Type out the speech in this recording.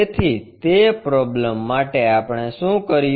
તેથી તે પ્રોબ્લેમ માટે આપણે શું કર્યું